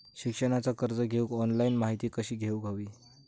शिक्षणाचा कर्ज घेऊक ऑनलाइन माहिती कशी घेऊक हवी?